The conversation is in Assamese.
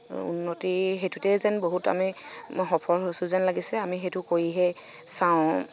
উন্নতি সেইটোতে যেন বহুত আমি সফল হৈছো যেন লাগিছে আমি সেইটো কৰি হে চাওঁ